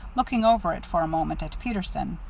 looking over it for a moment at peterson.